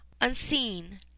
Unseen